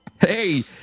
Hey